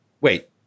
wait